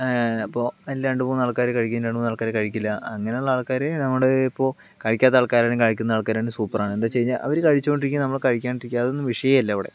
അപ്പോൾ അതിൽ രണ്ട് മൂന്ന് ആൾക്കാര് കഴിക്കും രണ്ട് മൂന്ന് ആൾക്കാര് കഴിക്കില്ല അങ്ങനെയുള്ള ആൾക്കാർ അങ്ങനെ ഇപ്പോൾ കഴിക്കാത്ത ആൾക്കാരും കഴിക്കുന്ന ആൾക്കാരും രണ്ടും സൂപ്പറാണ് എന്താണെന്ന് വെച്ച് കഴിഞ്ഞാൽ അവര് കഴിച്ച് കൊണ്ടിരിക്കും നമ്മള് കഴിക്കാണ്ടിരിക്കും അതൊന്നും വിഷയമേ അല്ല അവിടെ